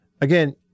Again